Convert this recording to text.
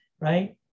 right